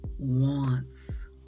wants